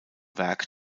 werk